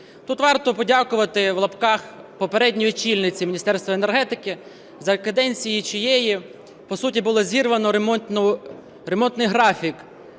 Тут варто "подякувати" (в лапах) попередній очільниці Міністерства енергетики, за каденції чиєї, по суті, було зірвано ремонтний графік